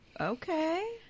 Okay